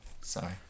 Sorry